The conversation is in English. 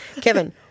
Kevin